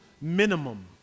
minimum